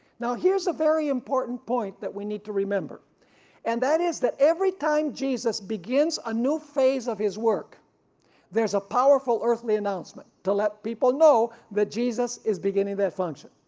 now here's a very important point that we need to remember and that is that every time jesus begins a new phase of his work there's a powerful earthly announcement to let people know that jesus is beginning that function.